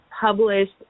published